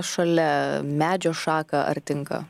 šalia medžio šaką ar tinka